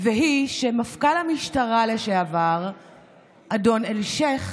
והיא שמפכ"ל המשטרה לשעבר אדון אלשייך